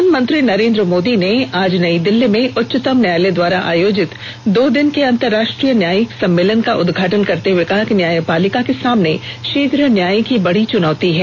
प्रधानमंत्री नरेंद्र मोदी ने आज नई दिल्ली में उच्चतम न्यायालय द्वारा आयोजित दो दिन के अंतर्राष्ट्रीय न्यायिक सम्मेलन का उद्घाटन करते हुए कहा कि न्यायपालिका के सामने शीघ्र न्याय की बड़ी चुनौती है